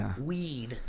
weed